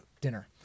dinner